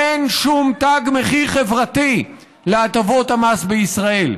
אין שום תג מחיר חברתי להטבות המס בישראל.